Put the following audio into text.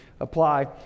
apply